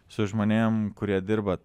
su žmonėm kurie dirba